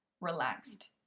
relaxed